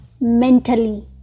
mentally